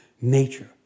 nature